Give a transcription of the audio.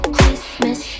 Christmas